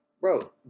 Bro